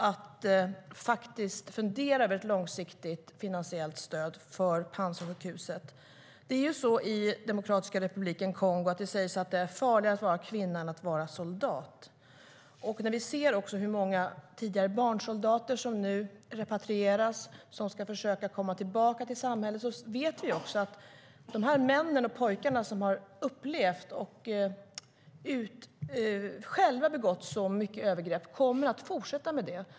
Man måste fundera över ett långsiktigt finansiellt stöd för Panzisjukhuset.I Demokratiska republiken Kongo sägs det att det är farligare att vara kvinna än soldat. När vi ser hur många tidigare barnsoldater repatrieras och ska försöka komma tillbaka till samhället vet vi också att dessa män och pojkar, som har upplevt och själva begått många övergrepp, kommer att fortsätta begå övergrepp.